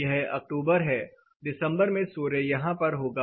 यह अक्टूबर है दिसंबर में सूर्य यहां पर होगा